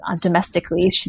domestically